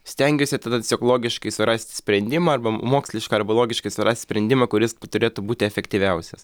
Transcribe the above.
stengiuosi tada tiesiog logiškai surasti sprendimą arba mokslišką arba logiškai surast sprendimą kuris turėtų būti efektyviausias